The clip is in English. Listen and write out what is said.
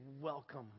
welcome